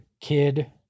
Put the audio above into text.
kid